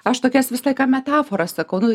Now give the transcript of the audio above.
aš tokias visą laiką metaforas sako nu